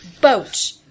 boat